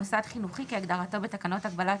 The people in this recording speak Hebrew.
מוסד חינוכי כהגדרתו בתקנות הגבלת